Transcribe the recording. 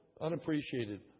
unappreciated